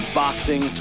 boxing